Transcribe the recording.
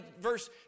Verse